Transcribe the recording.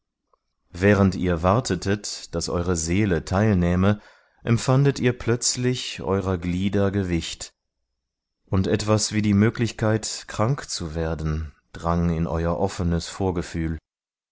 während ihr wartetet daß eure seele teilnähme empfandet ihr plötzlich eurer glieder gewicht und etwas wie die möglichkeit krank zu werden drang in euer offenes vorgefühl